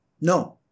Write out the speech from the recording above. No